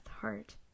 heart